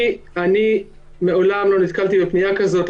אני מעולם לא נתקלתי בפנייה כזאת.